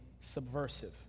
subversive